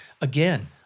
Again